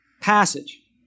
passage